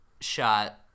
shot